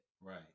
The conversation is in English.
Right